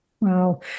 Wow